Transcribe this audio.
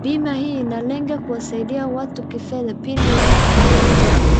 Bima hii inalenga kuwasaidia watu kifedha pindi wanapopata ajali.